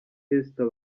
esther